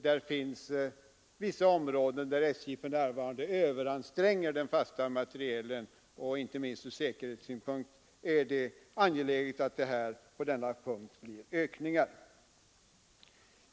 Det finns vissa områden där SJ för närvarande överanstränger den den fasta materielen. Inte minst ur säkerhetssynpunkt är det angeläget att det i detta avseende anslås ytterligare medel.